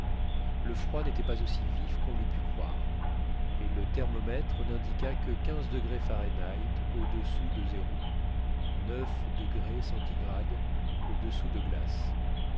le froid n'était pas aussi vif qu'on l'eût pu croire et le thermomètre n'indiqua que quinze degrés fahrenheit au-dessous de zéro